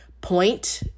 point